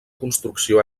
construcció